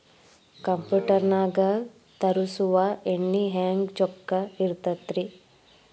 Computer ನಾಗ ತರುಸುವ ಎಣ್ಣಿ ಹೆಂಗ್ ಚೊಕ್ಕ ಇರತ್ತ ರಿ?